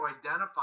identify